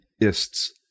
ists